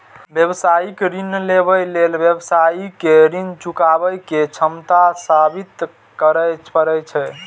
व्यावसायिक ऋण लेबय लेल व्यवसायी कें ऋण चुकाबै के क्षमता साबित करय पड़ै छै